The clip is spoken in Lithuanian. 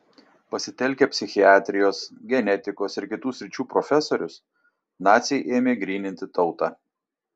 pasitelkę psichiatrijos genetikos ir kitų sričių profesorius naciai ėmė gryninti tautą